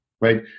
right